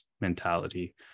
mentality